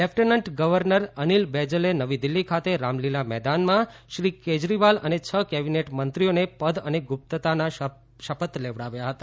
lieutenant governor Anil બૈજલે નવી દિલ્હી ખાતે રામલીલા મેદાનમાં શ્રી કેજરીવાલ અને છ કેબિનેટ મંત્રીઓને પદ અને ગુપ્તતાના શપથ લેવડાવ્યા હતા